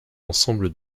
ensemble